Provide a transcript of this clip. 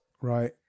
Right